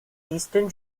eastern